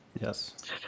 Yes